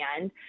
end